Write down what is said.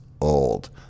old